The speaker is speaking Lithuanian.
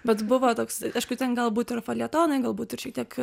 bet buvo toks aišku ten galbūt ir feljetonai galbūt ir šiek tiek